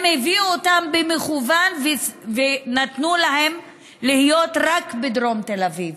הם הביאו אותם במכוון ונתנו להם להיות רק בדרום תל אביב.